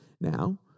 Now